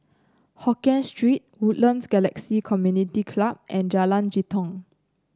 Hokien Street Woodlands Galaxy Community Club and Jalan Jitong